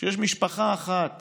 שיש משפחה אחת